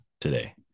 today